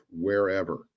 wherever